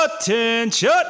ATTENTION